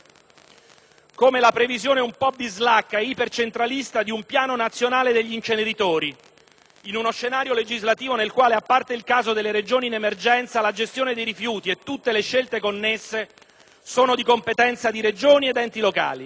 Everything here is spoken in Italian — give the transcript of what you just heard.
Come la previsione, un po' bislacca e ipercentralista, di un piano nazionale degli inceneritori, in uno scenario legislativo nel quale, a parte il caso delle Regioni in emergenza, la gestione dei rifiuti e tutte le scelte connesse sono di competenza di Regioni ed enti locali.